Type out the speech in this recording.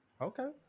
Okay